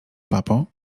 papo